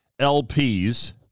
LPs